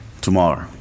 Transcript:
tomorrow